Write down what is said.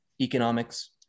economics